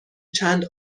چند